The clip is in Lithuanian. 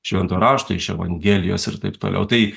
švento rašto iš evangelijos ir taip toliau tai